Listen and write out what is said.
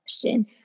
question